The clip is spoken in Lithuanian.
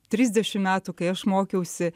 trisdešim metų kai aš mokiausi